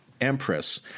Empress